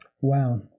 Wow